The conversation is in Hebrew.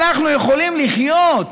אנחנו יכולים לחיות,